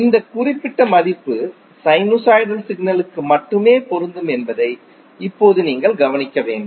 இந்த குறிப்பிட்ட மதிப்பு சைனுசாய்டல் சிக்னல்களுக்கு மட்டுமே பொருந்தும் என்பதை இப்போது நீங்கள் இங்கே கவனிக்க வேண்டும்